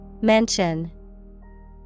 Mention